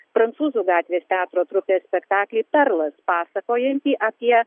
prancūzų gatvės teatro trupės spektaklį perlas pasakojantį apie